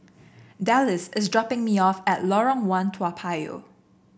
Dallas is dropping me off at Lorong One Toa Payoh